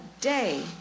day